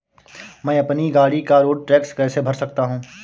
मैं अपनी गाड़ी का रोड टैक्स कैसे भर सकता हूँ?